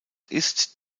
ist